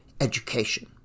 education